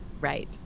Right